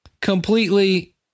completely